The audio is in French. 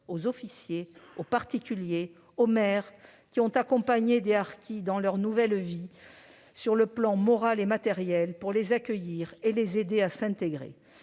aux officiers, aux particuliers et aux maires qui ont accompagné des harkis dans leur nouvelle vie sur les plans moral et matériel, pour les accueillir et les aider à s'intégrer.